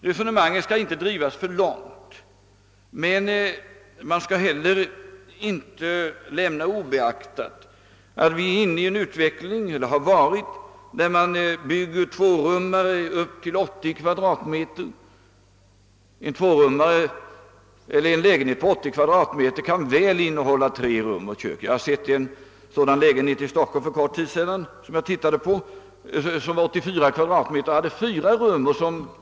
Resonemanget skall givetvis inte drivas för långt; men vi skall heller inte lämna obeaktat, att vi nu är inne i och har varit inne i en utveckling där det byggts tvårumslägenheter på upp till 80 kvadratmeter. En så stor lägenhet kan väl inrymma tre rum och kök. Jag har sett en sådan lägenhet för kort tid sedan här i Stockholm. Den var på 84 kvadratmeter och innehöll fyra rum.